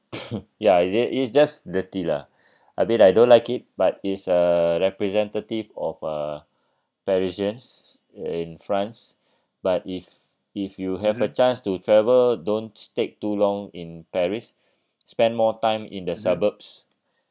ya is it it's just dirty lah albeit I don't like it but it's a representative of uh parisians in france but if if you have a chance to travel don't take too long in paris spend more time in the suburbs